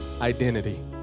identity